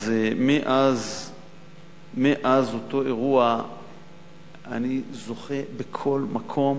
מאז אותו אירוע אני זוכה בכל מקום